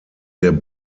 der